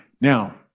Now